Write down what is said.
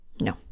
No